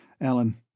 Alan